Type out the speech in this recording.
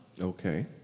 Okay